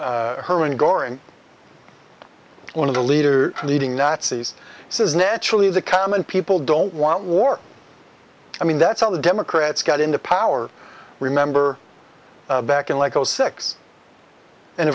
goran one of the leader leading nazis says naturally the common people don't want war i mean that's how the democrats got into power remember back in like zero six and